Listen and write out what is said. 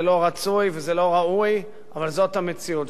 זה לא רצוי וזה לא ראוי, אבל זאת המציאות.